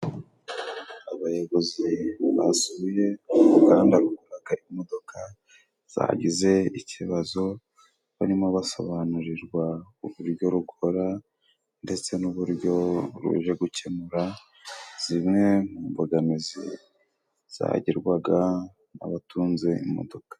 Abayobozi basuye uruganda rukoraga imodoka zagize ikibazo barimo basobanurirwa uburyo rukora ndetse n'uburyo ruje gukemura zimwe mu mbogamizi zagirwaga n'abatunze imodoka.